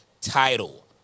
title